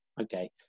okay